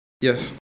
Yes